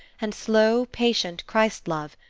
and slow, patient christ-love,